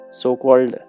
so-called